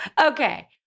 Okay